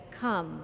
Come